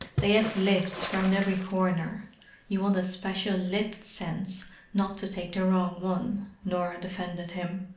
they have lifts round every corner you want a special lift-sense not to take the wrong one, norah defended him.